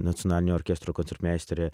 nacionalinio orkestro koncertmeistere